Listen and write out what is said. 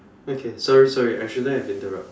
okay sorry sorry I shouldn't have interrupted